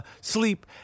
sleep